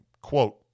Quote